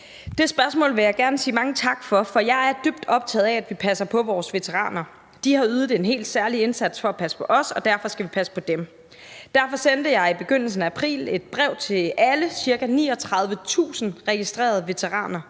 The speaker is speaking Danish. Det spørgsmål vil jeg gerne sige mange tak for, for jeg er dybt optaget af, at vi passer på vores veteraner. De har ydet en helt særlig indsats for at passe på os, og derfor skal vi passe på dem. Derfor sendte jeg i begyndelsen af april et brev til alle ca. 39.000 registrerede veteraner.